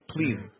Please